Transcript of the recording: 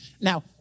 Now